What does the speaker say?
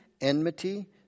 enmity